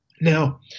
Now